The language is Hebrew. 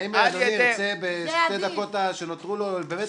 האם אדוני ירצה בשתי דקות שנותרו לו באמת